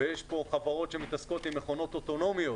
יש כאן חברות שמתעסקות עם מכונות אוטונומיות,